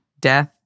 death